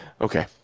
okay